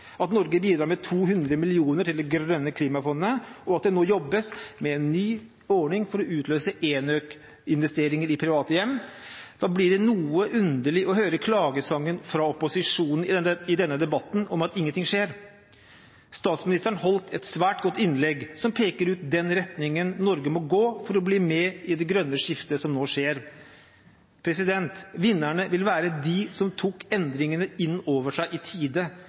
at Norge bidrar med 200 mill. kr til Det grønne klimafondet, og at det nå jobbes med en ny ordning for å utløse ENØK-investeringer i private hjem, blir det noe underlig å høre klagesangen fra opposisjonen i denne debatten om at ingenting skjer. Statsministeren holdt et svært godt innlegg som peker ut den retningen Norge må gå for å bli med i det grønne skiftet som nå skjer. Vinnerne vil være de som tok endringene innover seg i tide